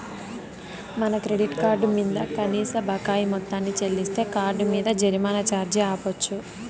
మన credit card మింద కనీస బకాయి మొత్తాన్ని చెల్లిస్తే కార్డ్ మింద జరిమానా ఛార్జీ ఆపచ్చు